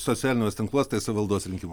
socialiniuos tinkluos tai savivaldos rinkimai